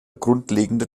grundlegende